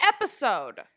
episode